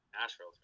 Nashville